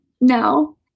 No